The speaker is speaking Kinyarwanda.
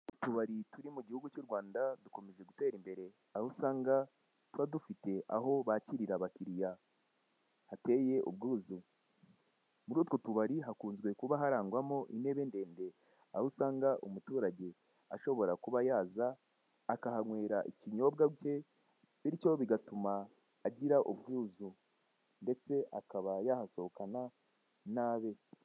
Utubari two mu igihugu cy'u Rwanda dukomeje gutera imbere aho usanga tuba dufite aho bakirira abakiriya hateye ubwuzu, muri utwo tubari hakunze kuba harangwamo intebe ndende aho usanga umuturage ashobora kuba yaza akahanywera ikinyobwa cye bityo bigatuma agira ubwuza, ndetse akaba yahasohokana n'abe.